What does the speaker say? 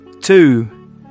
two